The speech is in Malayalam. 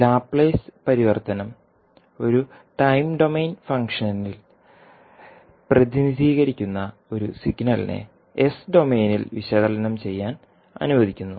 ലാപ്ലേസ് പരിവർത്തനം ഒരു ടൈം ഡൊമെയ്ൻ ഫംഗ്ഷനിൽ പ്രതിനിധീകരിക്കുന്ന ഒരു സിഗ്നലിനെ എസ് ഡൊമെയ്നിൽ വിശകലനം ചെയ്യാൻ അനുവദിക്കുന്നു